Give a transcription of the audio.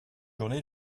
journée